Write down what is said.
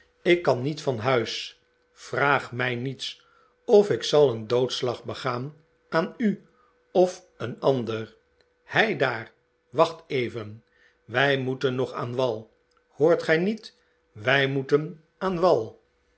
ik kan niet van huis vraag mij niets of ik zal een doodslag begaan aan u of een ander heidaar wacht even wij moeten nog aan wal hoort gij niet wij moeten aan wal